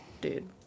Dude